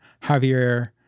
Javier